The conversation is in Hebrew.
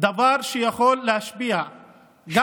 דבר שיכול להשפיע גם